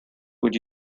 would